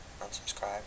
unsubscribe